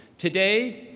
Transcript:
today,